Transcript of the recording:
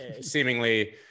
seemingly